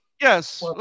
Yes